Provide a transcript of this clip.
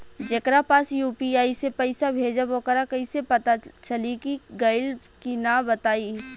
जेकरा पास यू.पी.आई से पईसा भेजब वोकरा कईसे पता चली कि गइल की ना बताई?